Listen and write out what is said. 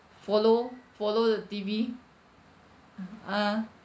follow follow the T_V a'ah